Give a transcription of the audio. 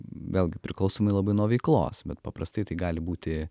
vėlgi priklausomai labai nuo veiklos bet paprastai tai gali būti